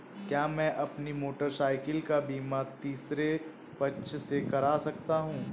क्या मैं अपनी मोटरसाइकिल का बीमा तीसरे पक्ष से करा सकता हूँ?